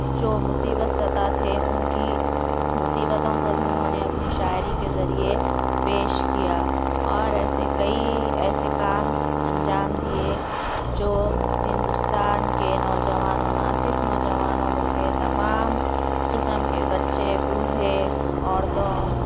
جو مصیبت زدہ تھے ان کی مصیبتوں کو بھی انہوں نے اپنی شاعری کے ذریعہ پیش کیا اور ایسے کئی ایسے کام انجام دئیے جو ہندوستان کے نوجوان و نہ صرف نوجوانوں بلکہ تمام قسم کے بچے بوڑھے عورتوں